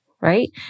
right